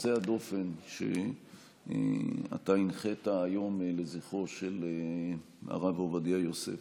והיוצא דופן שהנחית היום לזכרו של הרב עובדיה יוסף,